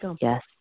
Yes